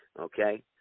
okay